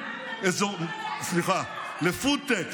לפוד-טק,